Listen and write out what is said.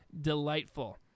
delightful